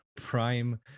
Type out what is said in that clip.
prime